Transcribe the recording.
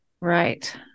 Right